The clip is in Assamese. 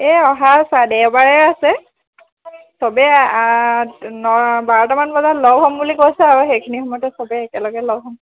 এই অহা চা দেওবাৰে আছে চবেই ন বাৰটামান বজাত লগ হ'ম বুলি কৈছে আৰু সেইখিনি সময়তে চবেই একেলগে লগ হ'ম